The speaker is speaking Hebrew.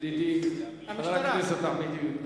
ידידי חבר הכנסת אחמד טיבי,